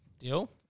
deal